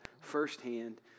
firsthand